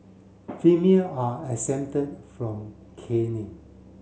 female are exempted from caning